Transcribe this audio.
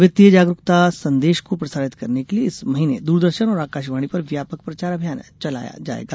वित्तीय जागरूकता संदेश को प्रसारित करने के लिए इस महीने दूरदर्शन और आकाशवाणी पर व्यापक प्रचार अभियान चलाया जाएगा